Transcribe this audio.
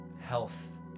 health